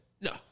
No